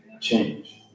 change